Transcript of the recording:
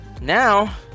Now